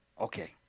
Okay